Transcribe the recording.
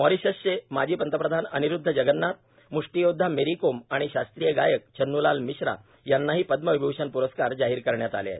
मॉरिशसचे माजी पंतप्रधान अनिरुद्ध जगन्नाथ म्ष्टीयोदधा मेरी कोम आणि शास्त्रीय गायक छन्नूलाल मिश्रा यांनाही पद्मविभूषण प्रस्कार जाहीर करण्यात आले आहे